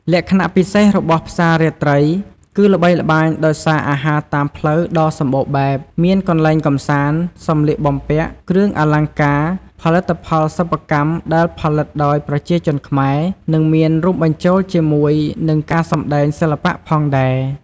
លក្ខណៈពិសេសរបស់ផ្សាររាត្រី គឺល្បីល្បាញដោយសារអាហារតាមផ្លូវដ៏សម្បូរបែប មានកន្លែងកម្សាន្ត សម្លៀកបំពាក់ គ្រឿងអលង្ការ ផលិតផលសិប្បកម្មដែលផលិតដោយប្រជាជនខ្មែរ និងមានរួមបញ្ចូលជាមួយនឹងការសម្តែងសិល្បៈផងដែរ។